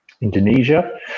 Indonesia